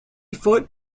foot